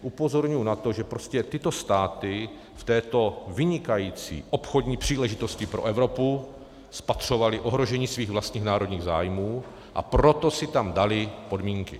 Upozorňuji na to, že prostě tyto státy v této vynikající obchodní příležitosti pro Evropu spatřovaly ohrožení svých vlastních národních zájmů, a proto si tam daly podmínky.